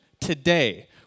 Today